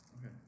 Okay